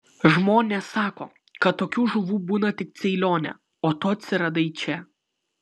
žmonės sako kad tokių žuvų būna tik ceilone o tu atsiradai čia